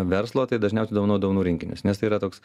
verslo tai dažniausiai dovanoju dovanų rinkinius nes tai yra toks